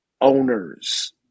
owners